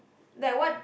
like what